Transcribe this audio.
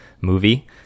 movie